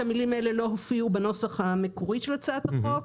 שהמילים האלה לא הופיעו בנוסח המקורי של הצעת החוק.